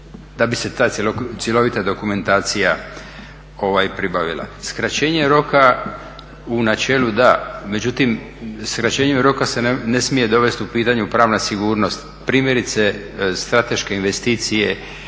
da bi se ta cjelovita dokumentacija pribavila. Skraćenje roka u načelu da, međutim skraćenje roka se ne smije dovest u pitanje pravna sigurnost primjerice strateške investicije